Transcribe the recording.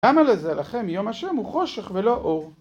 למה לזה לכם? יום השם הוא חושך ולא אור.